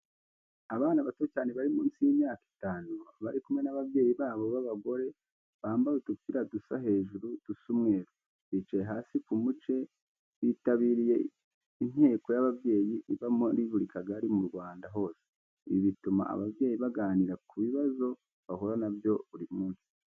Abana bato cyane bari munsi y'imyaka itanu, bari kumwe n'ababyeyi babo b'abagore, bambaye udupira dusa hejuru dusa umweru, bicaye hasi k'umuce, bitabiriye inteko y'ababyeyi iba muri buri kagari mu Rwanda hose, ibi bituma ababyeyi baganira ku bibazo bahura na byo buri munsi.